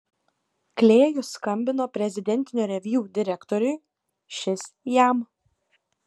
klėjus skambino prezidentinio reviu direktoriui šis jam